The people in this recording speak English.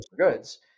goods